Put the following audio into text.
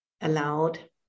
allowed